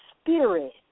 spirit